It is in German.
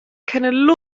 keine